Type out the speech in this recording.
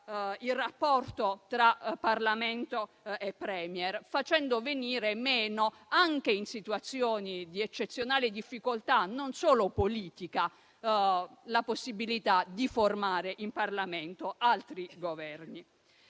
il rapporto tra Parlamento e *Premier*, facendo venire meno, anche in situazioni di eccezionale difficoltà non solo politica, la possibilità di formare in Parlamento altri Governi.